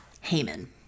Haman